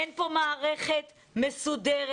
אין כאן מערכת מסודרת.